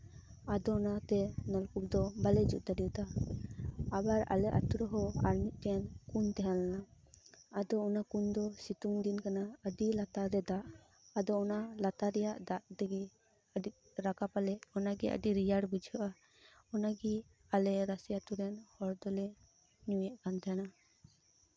ᱟᱫᱚ ᱚᱱᱟᱛᱮ ᱱᱚᱞᱠᱩᱯ ᱫᱚ ᱵᱟᱞᱮ ᱡᱩᱫ ᱫᱟᱲᱮᱣᱟᱫᱟ ᱟᱵᱟᱨ ᱟᱞᱮ ᱟᱹᱛᱩ ᱨᱮᱦᱚᱸ ᱟᱨ ᱢᱤᱫᱴᱮᱱ ᱠᱩᱧ ᱛᱟᱦᱮᱸ ᱞᱮᱱᱟ ᱟᱫᱚ ᱚᱱᱟ ᱠᱩᱧ ᱫᱚ ᱥᱤᱛᱩᱝ ᱫᱤᱱ ᱠᱟᱱᱟ ᱟᱹᱰᱤ ᱞᱟᱛᱟᱨ ᱨᱮ ᱫᱟᱜ ᱟᱫᱚ ᱚᱱᱟ ᱞᱟᱛᱟᱨ ᱨᱟᱭᱟᱜ ᱫᱟᱜ ᱛᱮᱜᱮ ᱨᱟᱠᱟᱵᱟᱞᱮ ᱚᱱᱟᱜᱮ ᱟᱹᱰᱤ ᱨᱮᱭᱟᱲ ᱵᱩᱡᱷᱟᱹᱜᱼᱟ ᱚᱱᱟ ᱜᱮ ᱟᱞᱮ ᱨᱟᱥᱤ ᱟᱹᱛᱩᱨᱮᱱ ᱦᱚᱲ ᱫᱚᱞᱮ ᱧᱩᱭᱮᱫ ᱠᱟᱱ ᱛᱟᱦᱮᱱᱟ